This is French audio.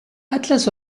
atlas